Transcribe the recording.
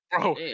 bro